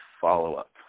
follow-up